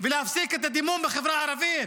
ולהפסיק את הדימום בחברה הערבית,